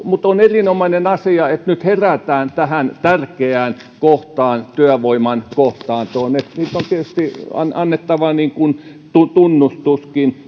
mutta on erinomainen asia että nyt herätään tähän tärkeään kohtaan työvoiman kohtaantoon siitä on tietysti annettava tunnustuskin